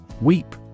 Weep